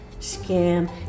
scam